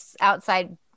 outside